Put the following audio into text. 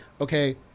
okay